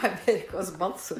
amerikos balso